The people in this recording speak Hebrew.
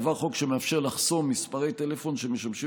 עבר חוק שמאפשר לחסום מספרי טלפון שמשמשים